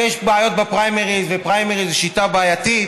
בעיות בפריימריז ופריימריז זו שיטה בעייתית,